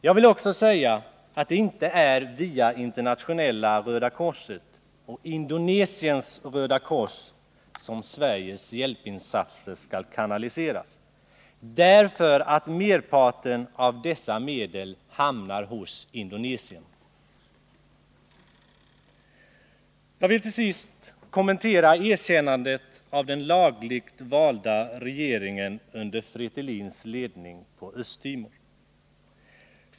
Jag vill också säga att det inte är via Internationella röda korset och Indonesiska röda korset som Sveriges hjälpinsatser skall kanaliseras, eftersom merparten av dessa medel hamnar hos indonesierna. Till sist vill jag kommentera erkännandet av den lagligt valda regeringen under Fretilins ledning på Östtimor.